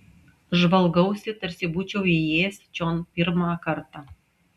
žvalgausi tarsi būčiau įėjęs čion pirmą kartą